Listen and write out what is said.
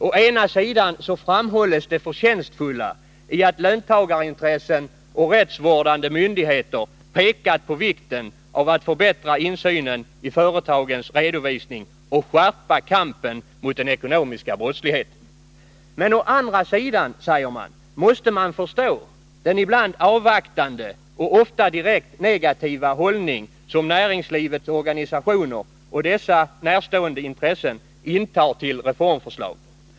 Å ena sidan framhålls det förtjänstfulla i att löntagarintressen och rättsvårdande myndigheter pekat på vikten av en förbättring av insynen i företagens redovisning och en skärpt kamp mot den ekonomiska brottsligheten. Men å andra sidan, säger man, måste man förstå den ibland avvaktande och ofta direkt negativa hållning som näringslivets organisationer och dessa närstående intressen intar till reformförslagen.